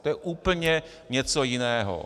To je úplně něco jiného.